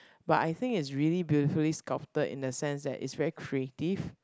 but I think is really beautifully sculpted in the sense that is very creative